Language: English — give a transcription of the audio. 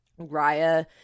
Raya